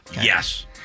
Yes